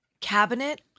cabinet